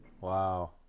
Wow